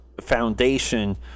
foundation